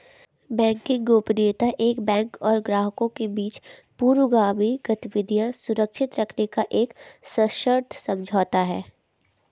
banking गोपनीयता एक bank और ग्राहकों के बीच पूर्वगामी गतिविधियां सुरक्षित रखने का एक सशर्त समझौता है